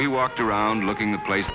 we walked around looking the place